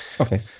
Okay